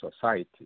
society